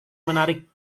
menarik